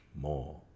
more